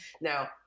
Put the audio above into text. Now